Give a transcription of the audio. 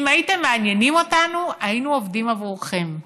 אם הייתם מעניינים אותנו, היינו עובדים עבורכם.